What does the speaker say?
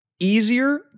Easier